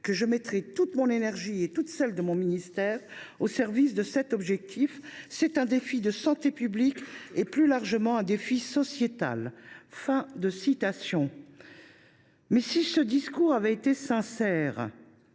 que je mettrai toute mon énergie et toute celle de mon ministère au service de cet objectif. C’est un défi de santé publique, mais plus largement un défi sociétal. » Si ce discours avait été sincère,